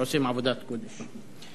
שעושים עבודת קודש.